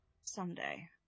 someday